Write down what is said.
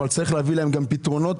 צריך להביא להם פתרונות,